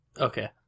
Okay